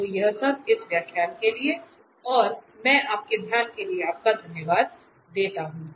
तो यह सब इस व्याख्यान के लिए है और मैं आपके ध्यान के लिए बहुत धन्यवाद देता हूं